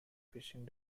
fishing